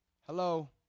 Hello